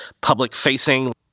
public-facing